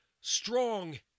strong